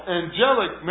angelic